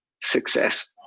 success